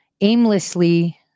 aimlessly